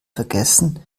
vergessen